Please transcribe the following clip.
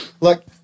Look